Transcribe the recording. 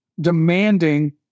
demanding